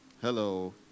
Hello